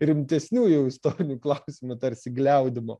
rimtesnių jau istorinių klausimų tarsi gliaudymo